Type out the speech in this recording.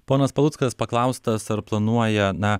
ponas paluckas paklaustas ar planuoja na